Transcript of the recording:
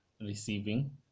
receiving